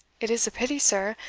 it is a pity, sir,